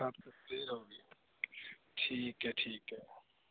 ਸੱਤ ਸਪੇਅਰ ਹੋ ਗਏ ਠੀਕ ਹੈ ਠੀਕ ਹੈ